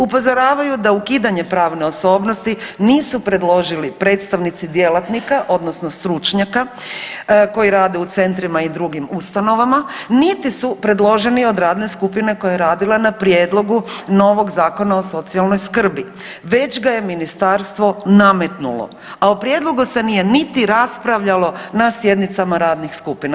Upozoravaju da ukidanje pravne osobnosti nisu predložili predstavnici djelatnika odnosno stručnjaka koji rade u centrima i drugim ustanovama, niti su predloženi od radne skupine koja je radina na prijedlogu novog Zakona o socijalnoj skrbi već ga je ministarstvo nametnulo, a o prijedlogu se nije niti raspravljalo na sjednicama radnih skupina.